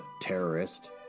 terrorist